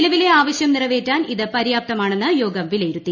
നിലവിലെ ആവശ്യം നിറവേറ്റാൻ ഇത് പര്യാപ്തമാണെന്ന് യോഗം വിലയിരുത്തി